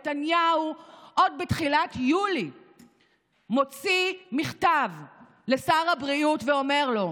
נתניהו עוד בתחילת יולי מוציא מכתב לשר הבריאות ואומר לו: